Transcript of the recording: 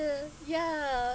uh ya